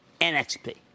NXP